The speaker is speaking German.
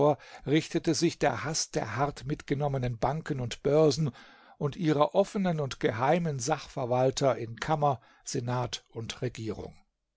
richtete sich der haß der hart mitgenommenen banken und börsen und ihrer offenen und geheimen sachwalter in kammer senat und regierung